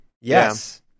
Yes